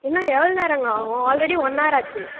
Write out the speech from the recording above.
இன்னும் எவ்வளோ நேரங்க ஆகும் ஆல்ரெடி ஒன் ஹவர் ஆச்சு